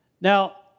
Now